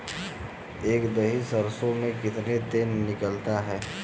एक दही सरसों में कितना तेल निकलता है?